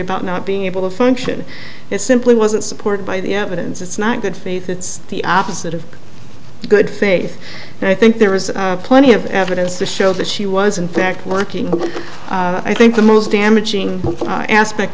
about not being able to function it simply wasn't supported by the evidence it's not good faith it's the opposite of good faith and i think there is plenty of evidence to show that she was in fact working i think the most damaging aspect